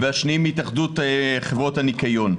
והשני מהתאחדות חברות הניקיון.